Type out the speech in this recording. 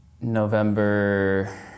November